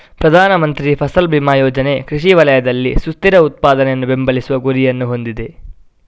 ಪ್ರಧಾನ ಮಂತ್ರಿ ಫಸಲ್ ಬಿಮಾ ಯೋಜನೆ ಕೃಷಿ ವಲಯದಲ್ಲಿ ಸುಸ್ಥಿರ ಉತ್ಪಾದನೆಯನ್ನು ಬೆಂಬಲಿಸುವ ಗುರಿಯನ್ನು ಹೊಂದಿದೆ